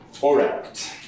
correct